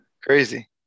Crazy